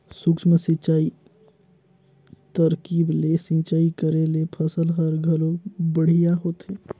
सूक्ष्म सिंचई तरकीब ले सिंचई करे ले फसल हर घलो बड़िहा होथे